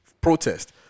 protest